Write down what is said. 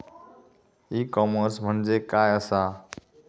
E commerce म्हणजे काय असा?